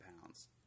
pounds